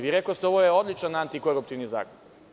Vi rekoste – ovo je odličan antikoruptivni zakon.